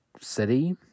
city